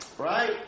Right